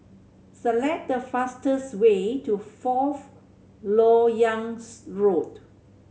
select the fastest way to Fourth Lok Yang's Road